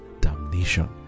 damnation